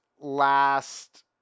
last